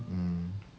mm